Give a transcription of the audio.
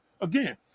Again